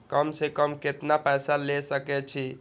कम से कम केतना पैसा ले सके छी?